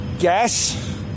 Gas